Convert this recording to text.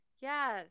yes